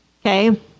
Okay